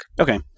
Okay